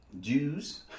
Jews